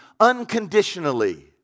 unconditionally